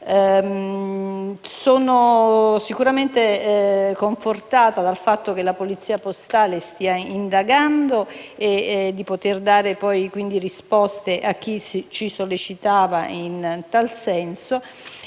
Sono sicuramente confortata dal fatto che la Polizia postale stia indagando e di poter dare risposta a chi ci sollecitava in tal senso.